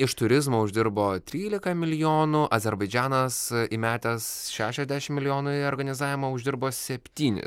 iš turizmo uždirbo trylika milijonų azerbaidžanas įmetęs šešiasdešim milijonų į organizavimą uždirbo septynis milijonus